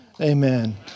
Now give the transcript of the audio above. Amen